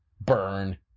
burn –